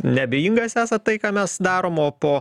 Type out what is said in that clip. neabejingas esat tai ką mes darom o po